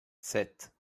sept